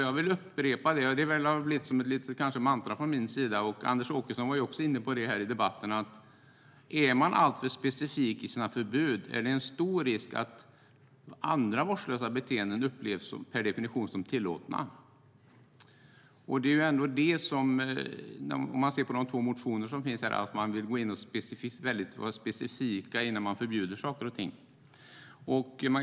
Jag vill upprepa det som kanske har blivit lite av ett mantra från min sida - Anders Åkesson var också inne på det i debatten - nämligen att det om vi är alltför specifika i våra förbud blir stor risk att andra vårdslösa beteenden upplevs som per definition tillåtna. Om vi tittar på de två motioner som finns ser vi att man vill vara väldigt specifik när man förbjuder saker och ting.